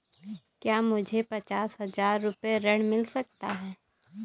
क्या मुझे पचास हजार रूपए ऋण मिल सकता है?